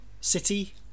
City